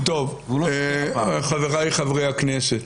טוב, חבריי חברי הכנסת.